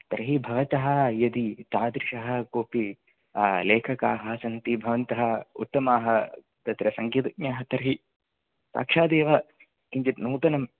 तर्हि भवतः यदि तादृशः कोऽपि लेखकाः सन्ति भवन्तः उत्तमः तत्र सङ्गीतज्ञः तर्हि साक्षात् एव किञ्चित् नूतनम्